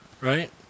right